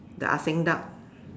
the Ah-Seng duck